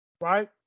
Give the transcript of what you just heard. Right